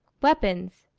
weapons,